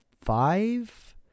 five